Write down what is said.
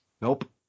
Nope